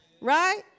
Right